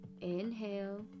inhale